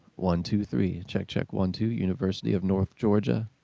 one, two, three, check, check, one, two, university of north georgia.